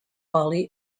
bali